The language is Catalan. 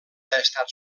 estat